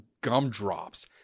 gumdrops